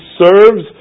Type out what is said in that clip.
serves